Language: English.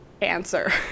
answer